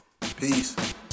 Peace